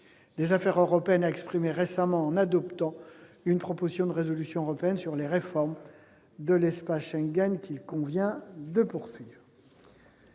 des affaires européennes a exprimée récemment, en adoptant une proposition de résolution européenne sur les réformes de l'espace Schengen qu'il convient de poursuivre.